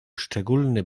szczególny